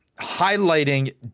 highlighting